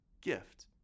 gift